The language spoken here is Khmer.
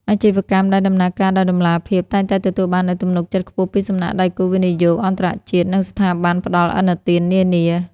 អាជីវកម្មដែលដំណើរការដោយតម្លាភាព តែងតែទទួលបាននូវទំនុកចិត្តខ្ពស់ពីសំណាក់ដៃគូវិនិយោគអន្តរជាតិ និងស្ថាប័នផ្ដល់ឥណទាននានា។